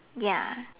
ya